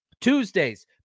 Tuesdays